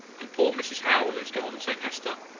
and poor mrs howell is gone, said hester.